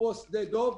אפרופו שדה דב.